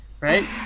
right